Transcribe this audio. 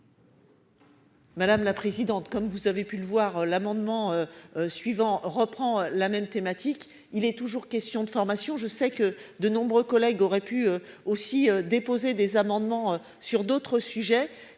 Madame la présidente, comme vous avez pu le voir l'amendement. Suivant reprend la même thématique. Il est toujours question de formation. Je sais que de nombreux collègues aurait pu aussi déposé des amendements sur d'autres sujets.